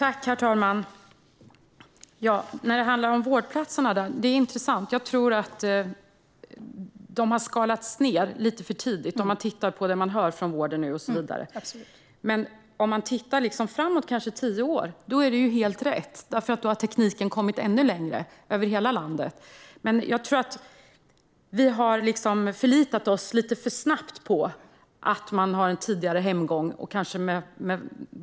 Herr talman! När det handlar om vårdplatser är det intressant. Jag tror att de har skalats ned lite för tidigt, utifrån vad man hör från vården. Om man tittar framåt, kanske tio år, är det helt rätt, för då har tekniken kommit ännu längre i hela landet. Men vi har förlitat oss lite för snabbt på tidigare hemgång.